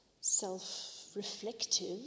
self-reflective